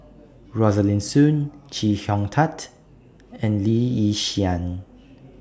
Rosaline Soon Chee Hong Tat and Lee Yi Shyan